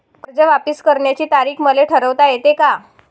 कर्ज वापिस करण्याची तारीख मले ठरवता येते का?